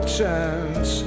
chance